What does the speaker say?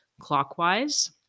clockwise